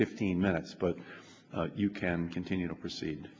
fifteen minutes but you can continue to proceed